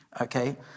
okay